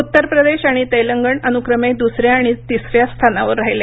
उत्तर प्रदेश आणि तेलंगण अनुक्रमे दुसऱ्या आणि तिसऱ्या स्थानावर राहिले